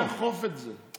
לא, אבל מי יאכוף את זה?